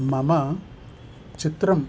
मम चित्रं